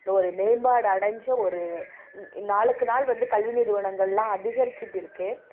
ஒரு மேம்பாடு அடைஞ்ச ஒரு நாளுக்கு நாள் வந்து கல்வி நிறுவனங்கள்லாம் அதிகரிச்சுட்டு இருக்குது